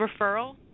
referral